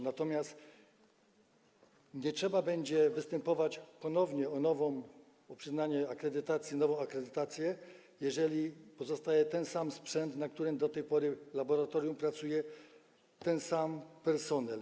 Natomiast nie trzeba będzie występować ponownie o przyznanie akredytacji, o nową akredytację, jeżeli pozostaje ten sam sprzęt, na którym do tej pory laboratorium pracowało, ten sam personel.